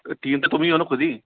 team तो तुम ही हो ना खुद ही